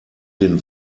den